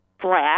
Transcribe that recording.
flat